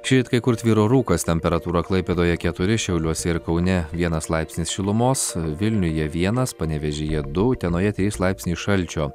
šįryt kai kur tvyro rūkas temperatūra klaipėdoje keturi šiauliuose ir kaune vienas laipsnis šilumos vilniuje vienas panevėžyje du utenoje trys laipsniai šalčio